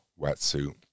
wetsuit